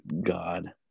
God